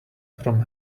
from